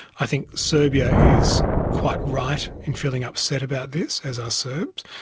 i think serbia is quite right in feeling upset about this, as are serbs,